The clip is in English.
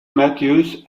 matthews